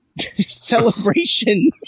celebration